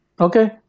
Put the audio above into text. Okay